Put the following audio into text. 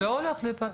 זה לא הולך להיפתח.